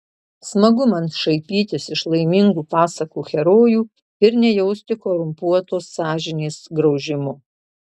smagu man šaipytis iš laimingų pasakų herojų ir nejausti korumpuotos sąžinės graužimo